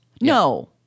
No